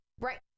Right